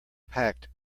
packed